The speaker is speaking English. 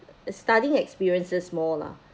studying experiences more lah